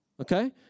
okay